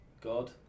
God